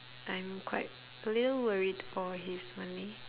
I'm quite a little worried for his malay